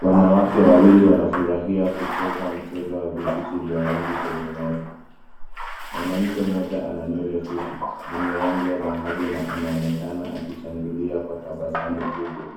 Wanawake wawili wanafurahia kucheza mchezo wa vijiti vya rangi kwenye meza. Mwanamke mmoja ana nywele kubwa yenye rangi ya dhahabu na anaonekana akishangilia kwa tabasamu kubwa.